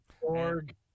Org